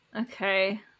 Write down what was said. Okay